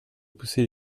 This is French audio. pousser